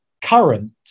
current